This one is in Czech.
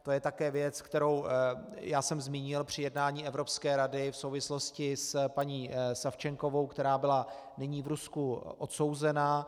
To je také věc, kterou jsem zmínil při jednání Evropské rady v souvislosti s paní Savčenkovou, která byla nyní v Rusku odsouzena.